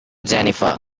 jennifer